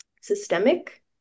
systemic